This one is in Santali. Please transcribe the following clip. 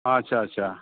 ᱟᱪᱪᱷᱟ ᱟᱪᱪᱷᱟ